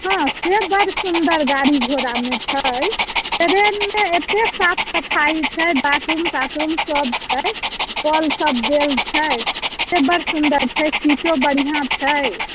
हँ से बड़ सुंदर गाड़ी घोड़ामे छै ट्रेनमे एतेक साफ सफाइ छै बाथरूम ताथरूम सब छै कल सब देल छै से बड़ सुंदर छै सीटो बढ़िआँ छै